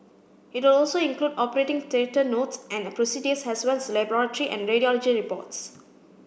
it will also include operating theatre notes and procedures as well as laboratory and radiology reports